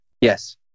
Yes